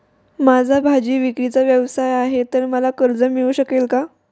माझा भाजीविक्रीचा व्यवसाय आहे तर मला कर्ज मिळू शकेल का?